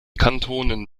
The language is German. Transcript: kantonen